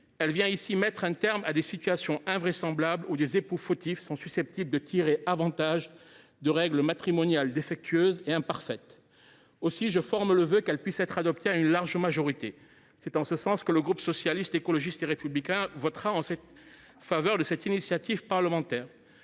Elle vient mettre un terme à des situations invraisemblables où des époux fautifs sont susceptibles de tirer avantage de règles matrimoniales défectueuses et imparfaites. Aussi, je forme le vœu qu’elle puisse être adoptée à une large majorité. C’est en ce sens que le groupe Socialiste, Écologiste et Républicain votera en faveur de cette initiative parlementaire.